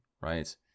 right